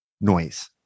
noise